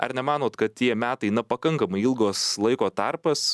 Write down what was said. ar nemanot kad tie metai na pakankamai ilgos laiko tarpas